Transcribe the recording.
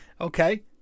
okay